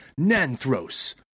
Nanthros